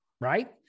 right